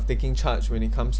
taking charge when it comes